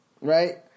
right